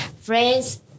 friends